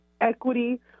equity